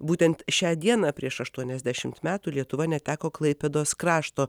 būtent šią dieną prieš aštuoniasdešimt metų lietuva neteko klaipėdos krašto